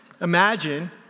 Imagine